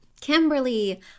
Kimberly